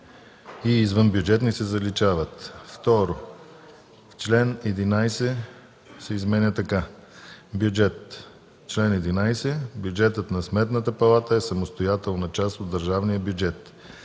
„и извънбюджетни” се заличават. 2. Член 11 се изменя така: „Бюджет Чл. 11. Бюджетът на Сметната палата е самостоятелна част от държавния бюджет.”